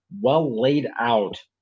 well-laid-out